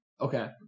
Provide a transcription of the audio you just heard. Okay